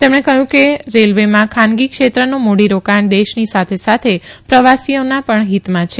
તેમણે કહ્યું કે રેલ્વેમાં ખાનગી ક્ષેત્રનું મૂડીરોકાણ દેશની સાથે સાથે પ્રવાસીઓના પણ હિતમાં છે